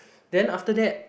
then after that